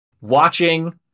watching